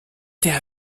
der